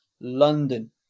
London